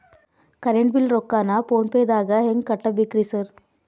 Current bill ರೊಕ್ಕಾನ phone ಪೇದಾಗ ಹೆಂಗ್ ಕಟ್ಟಬೇಕ್ರಿ ಸರ್?